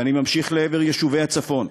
אני ממשיך לעבר יישובי הצפון.